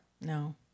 No